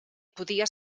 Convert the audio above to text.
podia